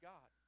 God